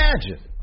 imagine